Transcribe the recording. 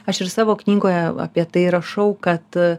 aš ir savo knygoje apie tai rašau kad